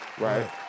Right